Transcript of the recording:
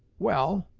well,